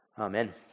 Amen